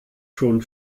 schon